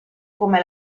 come